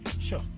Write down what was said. Sure